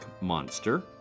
monster